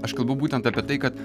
aš kalbu būtent apie tai kad